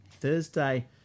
Thursday